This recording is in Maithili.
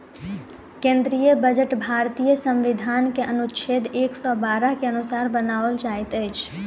केंद्रीय बजट भारतीय संविधान के अनुच्छेद एक सौ बारह के अनुसार बनाओल जाइत अछि